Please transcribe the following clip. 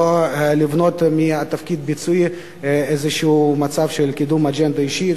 לא לבנות מהתפקיד הביצועי מצב של קידום אג'נדה אישית